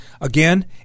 Again